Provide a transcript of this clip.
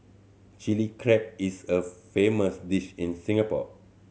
Chilli Crab is a famous dish in Singapore